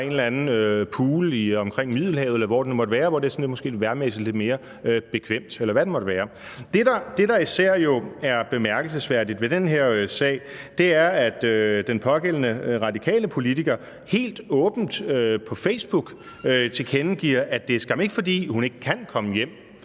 en eller anden pool omkring Middelhavet, eller hvor det nu måtte være, hvor det måske sådan vejrmæssigt er lidt mere bekvemt, eller hvad det måtte være. Det, der jo især er bemærkelsesværdigt ved den her sag, er, at den pågældende radikale politiker helt åbent på Facebook tilkendegiver, at det skam ikke er, fordi hun ikke kan komme hjem,